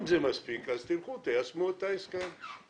אם זה מספיק אז לכו ותיישמו את ההסכם.